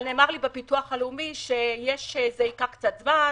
אבל נאמר לי בביטוח הלאומי שזה ייקח קצת זמן,